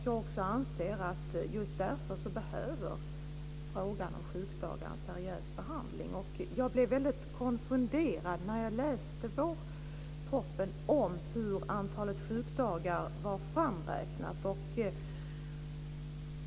Jag anser att just därför behöver frågan om sjukdagar en seriös behandling. Jag blev väldigt konfunderad när jag läste i vårpropositionen hur antalet sjukdagar var framräknade.